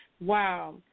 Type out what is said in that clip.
Wow